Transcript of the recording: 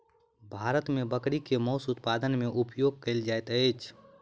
भारत मे बकरी के मौस उत्पादन मे उपयोग कयल जाइत अछि